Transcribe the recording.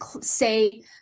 say